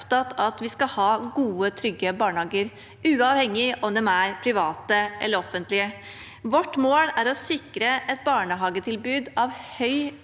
er opptatt av at vi skal ha gode, trygge barnehager, uavhengig av om de er private eller offentlige. Vårt mål er å sikre et barnehagetilbud av høy